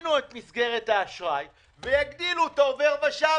שיקטינו את מסגרת האשראי ויגדילו את העובר ושב.